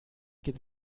geht